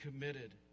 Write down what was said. committed